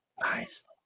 nice